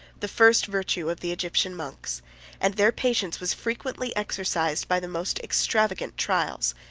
the first virtue of the egyptian monks and their patience was frequently exercised by the most extravagant trials.